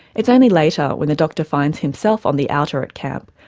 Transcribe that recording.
it's only later, when the doctor finds himself on the outer at camp,